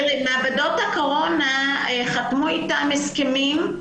תראי, מעבדות הקורונה חתמו איתם הסכמים.